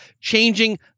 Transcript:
changing